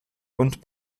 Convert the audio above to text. und